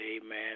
amen